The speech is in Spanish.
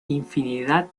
infinidad